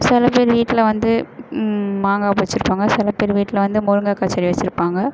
சில பேர் வீட்டில் வந்து மாங்காய் வச்சுருப்பாங்க சில பேர் வீட்டில் வந்து முருங்கைக்காய் செடி வச்சுருப்பாங்க